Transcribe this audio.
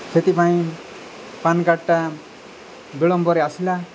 ସେଥିପାଇଁ ପାନ୍ କାର୍ଡ଼୍ଟା ବିଳମ୍ବରେ ଆସିଲା